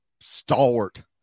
stalwart